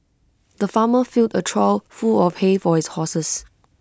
the farmer filled A trough full of hay for his horses